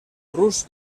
rus